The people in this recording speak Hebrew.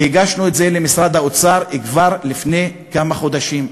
והגשנו את זה למשרד האוצר כבר לפני כמה חודשים,